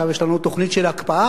עכשיו יש לנו תוכנית של הקפאה.